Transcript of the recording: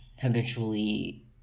habitually